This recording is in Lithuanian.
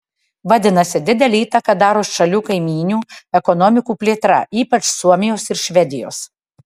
vadinasi didelę įtaką daro šalių kaimynių ekonomikų plėtra ypač suomijos ir švedijos